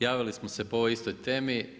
Javili smo se po ovoj istoj temi.